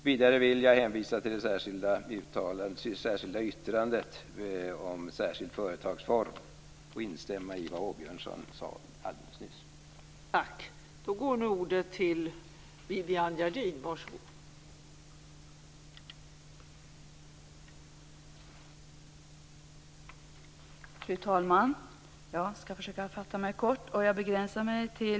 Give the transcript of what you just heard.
Vidare hänvisar jag till det särskilda yttrandet om särskild företagsform och instämmer i det som Rolf Åbjörnsson alldeles nyss sade.